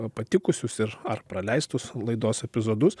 patikusius ir ar praleistus laidos epizodus